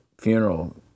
funeral